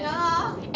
ya lor